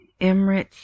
emirates